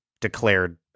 declared